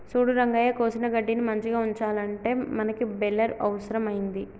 సూడు రంగయ్య కోసిన గడ్డిని మంచిగ ఉంచాలంటే మనకి బెలర్ అవుసరం అయింది